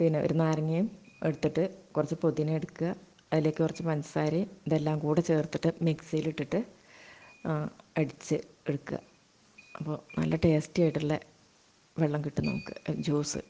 പിന്നെ ഒരു നാരങ്ങയും എടുത്തിട്ട് കുറച്ച് പുതിന എടുക്കുക അതിലേക്ക് കുറച്ച് പഞ്ചസാരയും ഇതെല്ലാം കൂടെ ചേർത്തിട്ട് മിക്സിയിൽ ഇട്ടിട്ട് അടിച്ച് എടുക്കുക അപ്പോൾ നല്ല ടേസ്റ്റിയായിട്ടുള്ള വെള്ളം കിട്ടും നമുക്ക് ജ്യൂസ്